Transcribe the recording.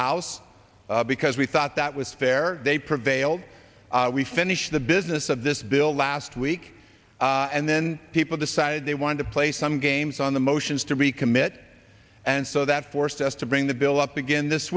house because we thought that was fair they prevailed we finished the business of this bill last week and then people decided they wanted to play some games on the motions to recommit and so that forced us to bring the bill up again this